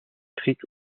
crique